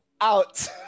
out